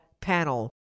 panel